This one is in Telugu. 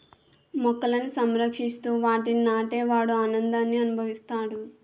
మొక్కలని సంరక్షిస్తూ వాటిని నాటే వాడు ఆనందాన్ని అనుభవిస్తాడు